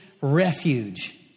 refuge